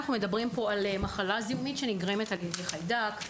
מדובר במחלה זיהומית שנגרמת על ידי חיידק.